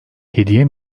hediye